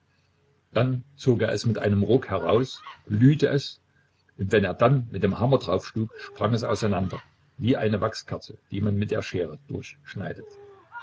dann zog er es mit einem ruck heraus glühte es und wenn er dann mit dem hammer draufschlug sprang es auseinander wie man eine wachskerze mit der schere durchschneidet